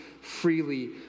freely